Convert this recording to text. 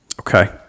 Okay